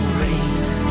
rain